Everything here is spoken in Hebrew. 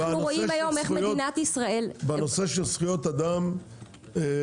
אנחנו רואים היום איך מדינת ישראל --- בנושא של זכויות אדם פסיקת